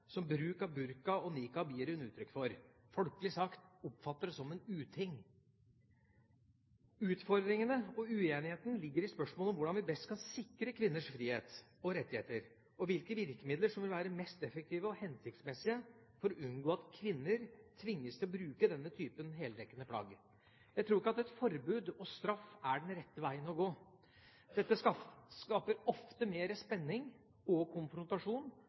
som bruk av burka og niqab gir uttrykk for. Folkelig sagt: Jeg oppfatter det som en uting. Utfordringene og uenigheten ligger i spørsmålet om hvordan vi best kan sikre kvinners frihet og rettigheter, og hvilke virkemidler som vil være mest effektive og hensiktsmessige for å unngå at kvinner tvinges til å bruke denne typen heldekkende plagg. Jeg tror ikke at forbud og straff er den rette veien å gå. Dette skaper ofte mer spenning og konfrontasjon,